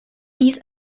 dies